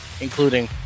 including